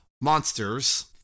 monsters